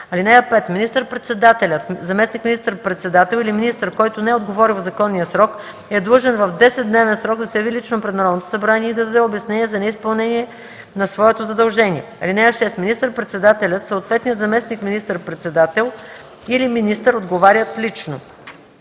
чл. 97. (5) Министър-председателят, заместник министър-председател или министър, който не е отговорил в законния срок, е длъжен в 10-дневен срок да се яви лично пред Народното събрание и да даде обяснение за неизпълнение на своето задължение. (6) Министър-председателят, съответният заместник министър-председател или министър отговарят лично.”